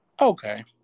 Okay